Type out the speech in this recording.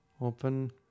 Open